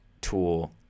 tool